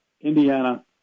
Indiana